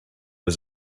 was